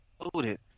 included